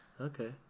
Okay